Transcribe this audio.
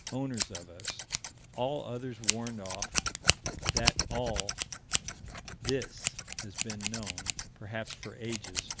owners of us all others warned off that all this has been known, perhaps for ages,